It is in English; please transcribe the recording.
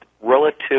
relative